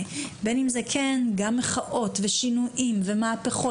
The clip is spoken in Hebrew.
בין אם זה כן גם מחאות ושינויים ומהפכות